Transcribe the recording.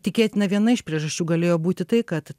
tikėtina viena iš priežasčių galėjo būti tai kad